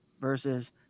versus